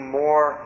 more